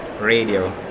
radio